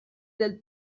del